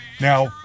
Now